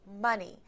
money